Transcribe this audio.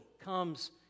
comes